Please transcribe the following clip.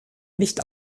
nicht